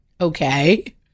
Okay